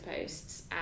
posts